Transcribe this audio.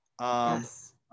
Yes